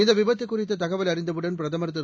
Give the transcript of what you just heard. இந்த விபத்து குறித்த தகவல் அறிந்தவுடன் பிரதமர் திரு